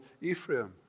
Ephraim